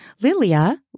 Lilia